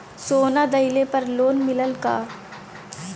सोना दहिले पर लोन मिलल का?